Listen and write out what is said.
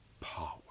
power